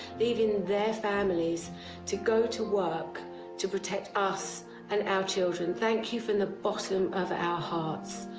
leaving their families to go to work to protect us and our children. thank you from the bottom of our hearts.